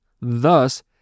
Thus